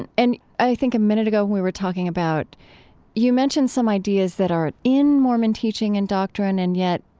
and and i think a minute ago we were talking about you mentioned some ideas that are in mormon teaching and doctrine and yet,